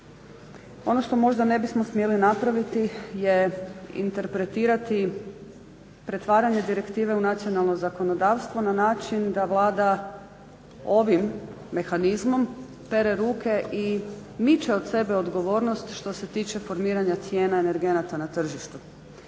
ono što ne bismo smjeli napraviti je interpretirati pretvaranje direktive u nacionalno zakonodavstvo na način da Vlada ovim mehanizmom pere ruke i miče od sebe odgovornost što se tiče formiranja cijena energenata na tržištu.